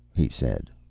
he said.